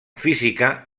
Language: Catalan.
física